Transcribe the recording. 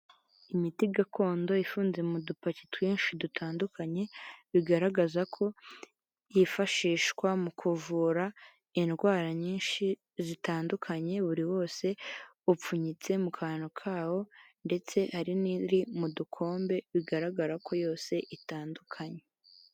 Imiti gakondo ifunze mu dupaki twinshi dutandukanye bigaragaza ko yifashishwa mu kuvura indwara nyinshi zitandukanye, buri wose upfunyitse mu kantu kawo ndetse hari n'iri mu dukombe bigaragara ko yose itandukanye.